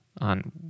on